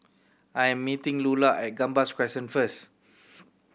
I am meeting Lula at Gambas Crescent first